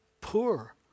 poor